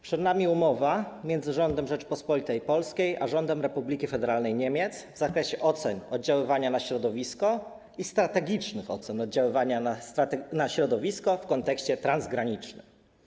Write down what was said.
Przed nami umowa między rządem Rzeczypospolitej Polskiej a rządem Republiki Federalnej Niemiec w zakresie ocen oddziaływania na środowisko i strategicznych ocen oddziaływania na środowisko w kontekście transgranicznym.